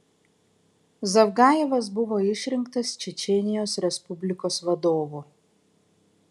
zavgajevas buvo išrinktas čečėnijos respublikos vadovu